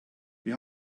wir